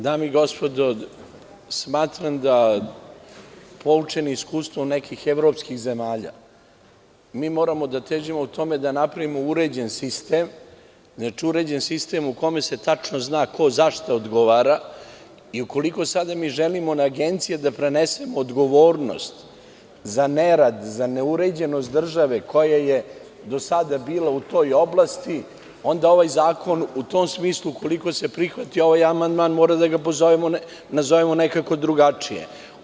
Dame i gospodo, smatram da poučen iskustvom nekih evropskih zemalja moramo da težimo ka tome da napravimo uređen sistem u kome se tačno zna ko za šta odgovara i ukoliko sada želimo na agencije da prenesemo odgovornost za nerad, za neuređenost države koja je do sada bila u toj oblasti, onda ovaj zakon u tom smislu, ukoliko se prihvati ovaj amandman, nazovemo nekako drugačije.